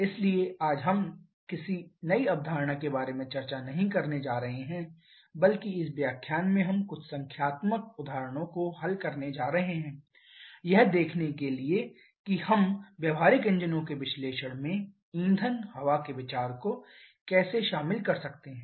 इसलिए आज हम किसी नई अवधारणा के बारे में चर्चा नहीं करने जा रहे हैं बल्कि इस व्याख्यान में हम कुछ संख्यात्मक उदाहरणों को हल करने जा रहे हैं यह देखेने के लिए कि हम व्यावहारिक इंजनों के विश्लेषण में ईंधन हवा के विचार को कैसे शामिल कर सकते हैं